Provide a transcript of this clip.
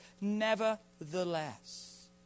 nevertheless